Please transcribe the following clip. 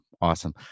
awesome